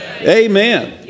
Amen